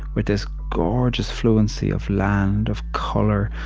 with this gorgeous fluency of land, of color,